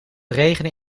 regenen